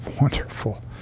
wonderful